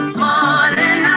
morning